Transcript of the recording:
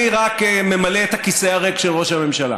אני רק ממלא את הכיסא הריק של ראש הממשלה.